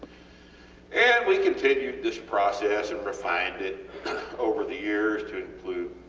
and we continued this process and refined it over the years to include